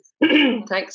Thanks